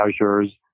measures